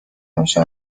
همیشه